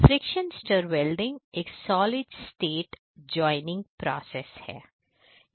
friction stir welding एक solid state joining process है